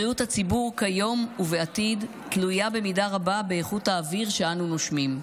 בריאות הציבור כיום ובעתיד תלויה במידה רבה באיכות האוויר שאנו נושמים.